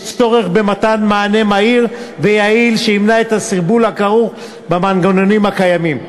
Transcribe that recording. יש צורך במתן מענה מהיר ויעיל שימנע את הסרבול הכרוך במנגנונים הקיימים,